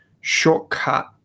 shortcut